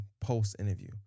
post-interview